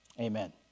amen